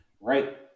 Right